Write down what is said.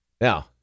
Now